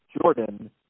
Jordan